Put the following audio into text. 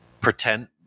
pretend